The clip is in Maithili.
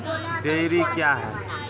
डेयरी क्या हैं?